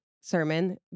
sermon